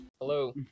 Hello